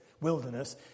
wilderness